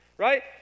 Right